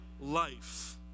life